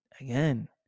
again